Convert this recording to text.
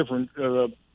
different